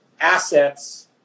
assets